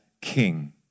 king